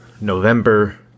november